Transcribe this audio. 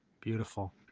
Beautiful